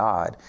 God